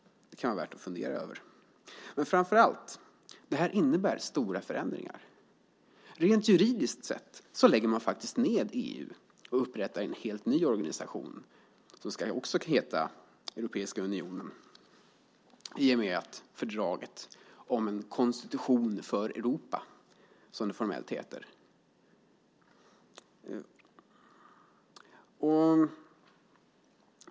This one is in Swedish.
Det kan vara värt att fundera över. Framför allt innebär det här stora förändringar. Rent juridiskt sett lägger man faktiskt ned EU och upprättar en helt ny organisation, som också ska heta Europeiska unionen, i och med fördraget om en konstitution för Europa, som det formellt heter.